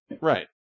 Right